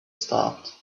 stopped